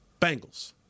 Bengals